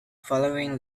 following